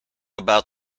about